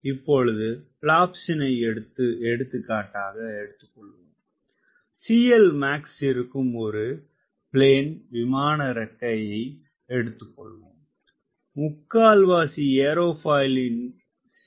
இப்பொழுது பிளாப்ஸினை எடுத்துக்காட்டாய்க் கொள்வோம் CLmax இருக்கும் ஒரு பிளேன் விமான இறக்கையை எடுத்துக்கொள்வோம் முக்கால் வாசி ஏரோபாயில்களின் CLmax 1